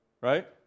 right